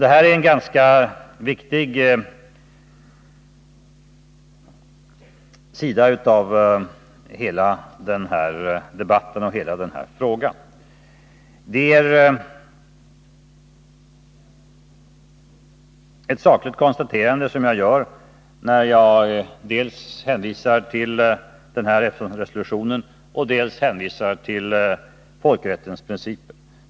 Det här är ett ganska viktigt inslag i hela den här debatten och hela den här frågan. Det är ett sakligt konstaterande som jag gör när jag dels hänvisar till den här FN-resolutionen, dels hänvisar till folkrättens principer.